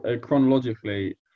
chronologically